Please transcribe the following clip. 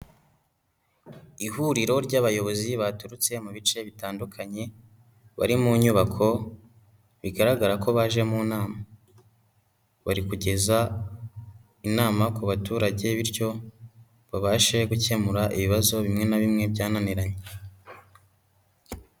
Ihuriro ry'abayobozi baturutse mu bice bitandukanye bari mu nyubako, bigaragara ko baje mu nama bari kugeza inama ku baturage, bityo babashe gukemura ibibazo bimwe na bimwe byananiranye.